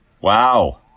Wow